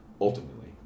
ultimately